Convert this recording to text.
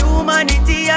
Humanity